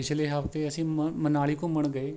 ਪਿਛਲੇ ਹਫ਼ਤੇ ਅਸੀਂ ਮ ਮਨਾਲੀ ਘੁੰਮਣ ਗਏ